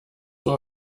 uhr